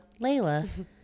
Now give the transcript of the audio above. Layla